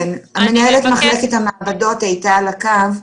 כן, מנהלת מחלקת המעבדות הייתה על הקו,